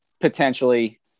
potentially